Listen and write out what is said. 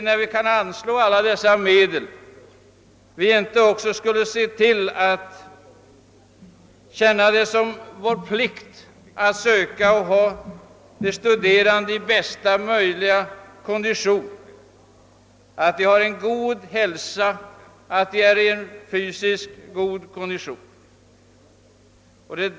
När vi kan anslå dessa medel vore det väl egendomligt om vi inte också skulle känna det som vår plikt att försöka tillse att de studerande har en god hälsa och är i bästa möjliga kondition.